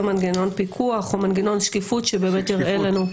מנגנון פיקוח או מנגנון שקיפות שבאמת יראה לנו.